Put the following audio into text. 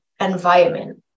environment